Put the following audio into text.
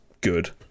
good